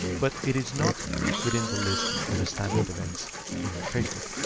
but it is not within the list of a standard events in facebook.